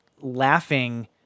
laughing